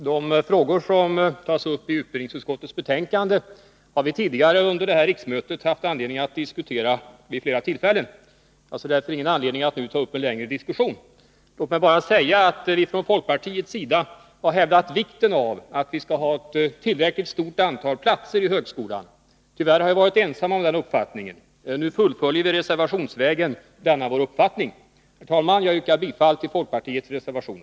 Herr talman! De frågor som tas upp i utbildningsutskottets betänkande har vi tidigare under detta riksmöte haft anledning att diskutera vid flera tillfällen. Jag ser därför ingen anledning att nu ta upp en längre diskussion. Låt mig bara säga att vi från folkpartiets sida har hävdat vikten av att vi skall ha ett tillräckligt stort antal platser i högskolan. Tyvärr har vi varit ensamma om den uppfattningen. Nu fullföljer vi reservationsvägen denna vår uppfattning. Herr talman! Jag yrkar bifall till folkpartiets reservation.